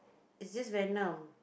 is it Venom